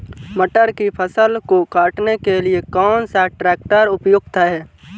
मटर की फसल को काटने के लिए कौन सा ट्रैक्टर उपयुक्त है?